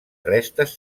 restes